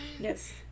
Yes